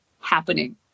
happening